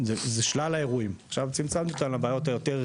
יש פה שלל אירועים וצמצמתי אותם לבעיות היותר